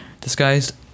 disguised